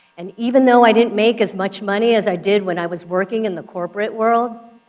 and even though i didn't make as much money as i did when i was working in the corporate world,